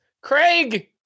Craig